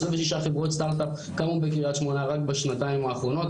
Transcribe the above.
26 חברות סטארט-אפ קמו בקריית שמונה רק בשנתיים האחרונות,